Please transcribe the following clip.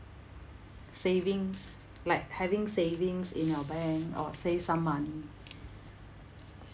savings like having savings in your bank or save some money